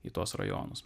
į tuos rajonus